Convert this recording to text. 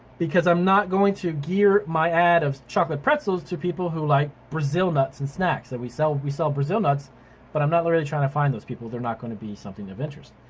because i'm not going to gear my ad of chocolate pretzels to people who like brazil nuts and snacks that we sell we sell brazil nuts but i'm not really trying to find those people. they're not gonna be something of interest.